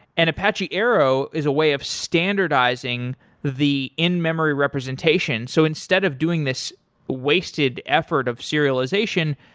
and apache arrow is a way of standardizing the in-memory representation. so instead of doing this wasted effort of serialization,